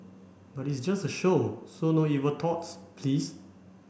but it's just a show so no evil thoughts please